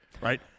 right